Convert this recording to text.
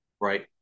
Right